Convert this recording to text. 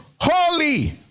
holy